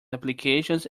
applications